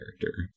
character